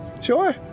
Sure